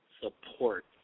support